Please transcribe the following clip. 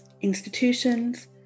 institutions